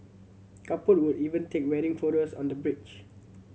couple would even take wedding photos on the bridge